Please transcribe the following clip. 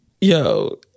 yo